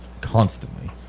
constantly